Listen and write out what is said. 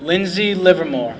lindsey livermore